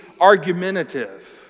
argumentative